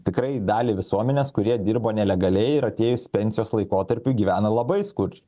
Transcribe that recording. tikrai dalį visuomenės kurie dirbo nelegaliai ir atėjus pensijos laikotarpiui gyvena labai skurdžiai